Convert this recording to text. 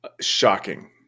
Shocking